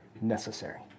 necessary